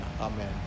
amen